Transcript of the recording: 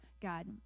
God